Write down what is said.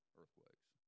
earthquakes